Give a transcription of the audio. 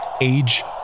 age